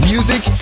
Music